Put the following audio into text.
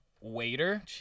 waiter